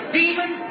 demon